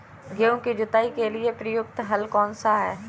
गेहूँ की जुताई के लिए प्रयुक्त हल कौनसा है?